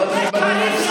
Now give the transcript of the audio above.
יש דברים,